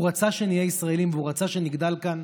הוא רצה שנהיה ישראלים והוא רצה שנגדל כאן.